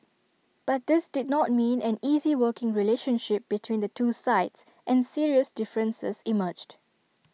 but this did not mean an easy working relationship between the two sides and serious differences emerged